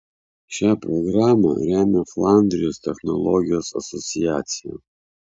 šią programą remia flandrijos technologijos asociacija